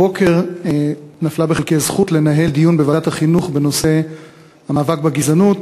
הבוקר נפלה בחלקי הזכות לנהל דיון בוועדת החינוך בנושא המאבק בגזענות,